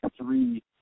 three